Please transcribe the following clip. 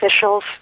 officials